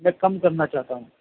میں کم کرنا چاہتا ہوں